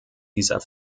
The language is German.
dieser